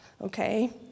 okay